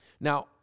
Now